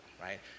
right